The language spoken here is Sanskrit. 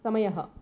समयः